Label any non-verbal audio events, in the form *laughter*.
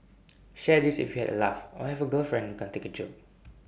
*noise* share this if you had A laugh or have girlfriend who can take A joke